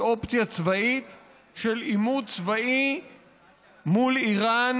אופציה צבאית של עימות צבאי מול איראן,